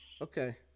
Okay